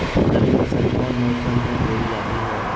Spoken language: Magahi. रबी फसल कौन मौसम में बोई जाती है?